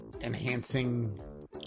enhancing